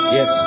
Yes